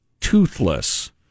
toothless